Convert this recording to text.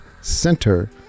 Center